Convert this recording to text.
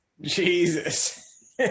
Jesus